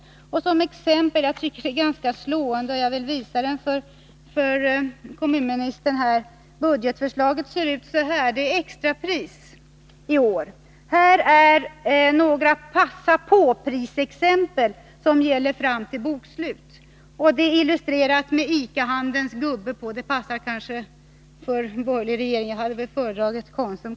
Jag skall ge några exempel, som jag tycker är ganska slående, och jag vill också visa för kommunministern hur budgetförslaget ser ut. Det är extrapris i år. Här är några ”passa på-pris-exempel”, som gäller fram till bokslut. Det är illustrerat med ICA-handelns gubbe — det passar kanske för en borgerlig regering, men jag hade föredragit Konsum.